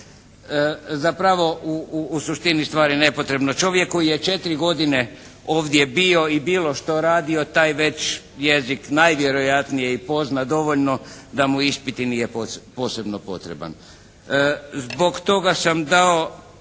zapravo u suštini stvari nepotrebno čovjeku, jer četiri je godine ovdje bio i bilo što radio, taj već jezik najvjerojatnije i pozna dovoljno da mu ispit i nije posebno potreban. Zbog toga sam dao